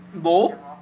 bowl